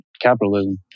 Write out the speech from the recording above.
capitalism